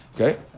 Okay